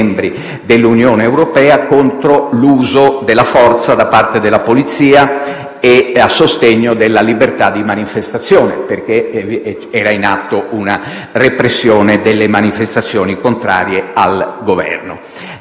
dell'Unione europea - contro l'uso della forza da parte della polizia e a sostegno della libertà di manifestazione, perché era in atto una repressione delle manifestazioni contrarie al Governo.